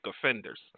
offenders